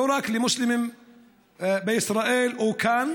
לא רק למוסלמים בישראל או כאן,